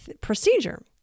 procedure